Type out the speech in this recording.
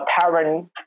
parent